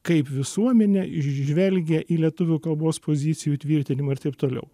kaip visuomenė žvelgė į lietuvių kalbos pozicijų tvirtinimą ir taip toliau